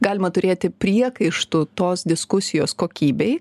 galima turėti priekaištų tos diskusijos kokybei